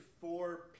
four